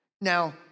Now